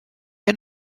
end